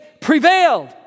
prevailed